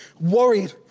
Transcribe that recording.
worried